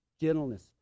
gentleness